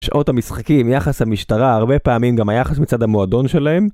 שעות המשחקים, יחס המשטרה, הרבה פעמים גם היחס מצד המועדון שלהם